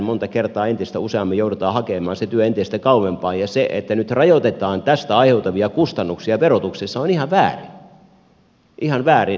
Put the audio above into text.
monta kertaa entistä useammin joudutaan hakemaan se työ entistä kauempaa ja se että nyt rajoitetaan tästä aiheutuvia kustannuksia verotuksessa on ihan väärin ihan väärin